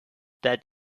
that